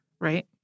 Right